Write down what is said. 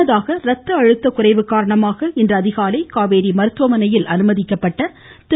முன்னதாக இரத்த அழுத்த குறைவு காரணமாக இன்று அதிகாலை காவேரி மருத்துவமனையில் அனுமதிக்கப்பட்ட திரு